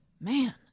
Man